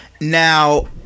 Now